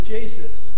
Jesus